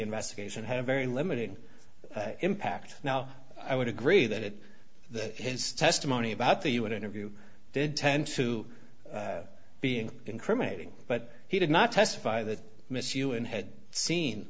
investigation had a very limited impact now i would agree that it that his testimony about the you would interview did tend to being incriminating but he did not testify that miss you and had seen